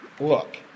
Look